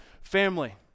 family